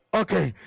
okay